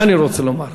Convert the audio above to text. מה אני רוצה לומר?